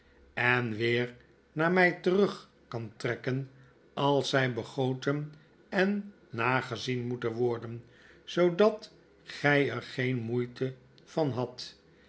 en weer naar my terug kan trekken als zy begoten en nagezien moeten worden zoodat gij er geen moeite van hadt